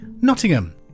Nottingham